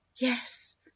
yes